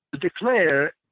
declare